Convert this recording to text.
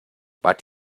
but